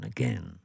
Again